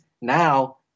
Now